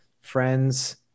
friends